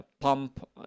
pump